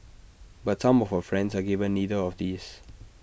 but some of her friends are given neither of these